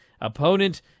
Opponent